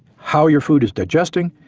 how your food is digesting,